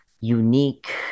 unique